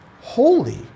holy